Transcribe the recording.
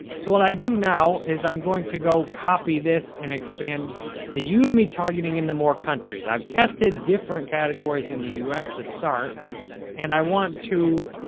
so, what i do now is i'm going to go copy this and expand the yeah udemy targeting into more countries. i've tested different categories in the us to start and i want to,